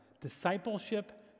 discipleship